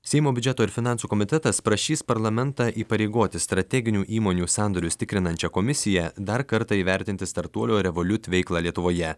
seimo biudžeto ir finansų komitetas prašys parlamentą įpareigoti strateginių įmonių sandorius tikrinančią komisiją dar kartą įvertinti startuolio revoliut veiklą lietuvoje